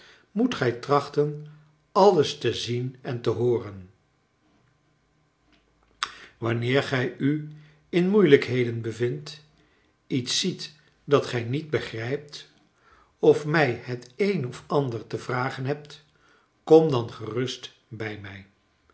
moet gij trachten alles te zien en te hooren wanneer gij u in moeielijkheden bevindt iets ziet dat gij niet begrijpt of mij het een of ander te vragen hebt kom dan gerust bij mij